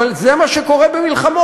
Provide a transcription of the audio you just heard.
אבל זה מה שקורה במלחמות,